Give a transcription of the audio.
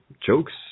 jokes